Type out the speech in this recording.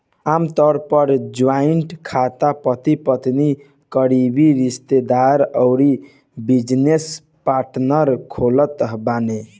आमतौर पअ जॉइंट खाता पति पत्नी, करीबी रिश्तेदार अउरी बिजनेस पार्टनर खोलत बाने